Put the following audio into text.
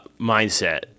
mindset